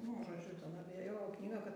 nu žodžiu ten apie jo knygą kad